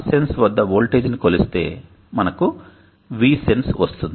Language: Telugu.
RSENSE వద్ద వోల్టేజ్ను కొలిస్తే మనకు VSENSE వస్తుంది